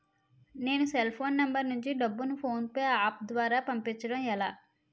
నేను cell phone number నుంచి డబ్బును ను ఫోన్పే అప్ ద్వారా పంపించడం ఎలా?